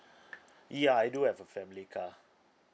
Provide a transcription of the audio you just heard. ya I do have a family car